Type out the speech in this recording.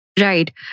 Right